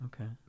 Okay